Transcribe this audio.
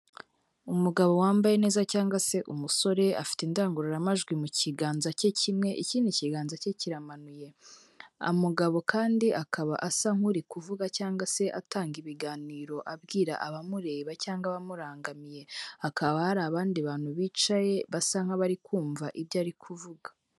Umugabo wambaye neza cyangwa se umusore afite indangururamajwi mu kiganza cye kimwe, ikindi kiganza cye kiramanuye, umugabo kandi akaba asa nk'uri kuvuga cyangwa se atanga ibiganiro abwira abamureba cyangwa abamurangamiye, hakaba hari abandi bantu bicaye basa nk'abari kumva ibyo ari kuvuga.